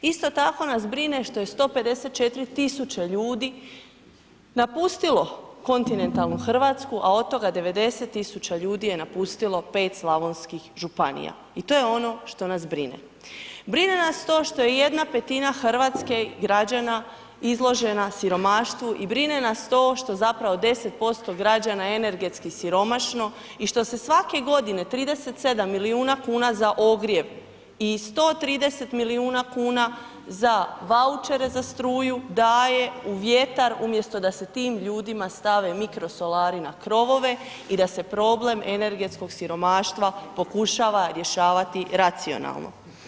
Isto tako nas brine 154.000 ljudi napustilo kontinentalnu Hrvatsku a od toga 90 tisuća ljudi je napustilo pet slavonskih Županija, i to je ono što nas brine, brine nas to što je 1/5 Hrvatske, građana izložena siromaštvu i brine nas to što je zapravo 10% građana energetski siromašno i što se svake godine 37 milijuna kuna za ogrijev i 130 milijuna kuna za vouchere za struju daje u vjetar umjesto da se tim ljudima stave mikrosolari na krovove i da se problem energetskog siromaštva pokušava rješavati racionalno.